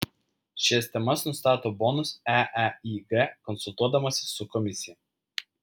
šias temas nustato bonus eeig konsultuodamasis su komisija